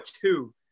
two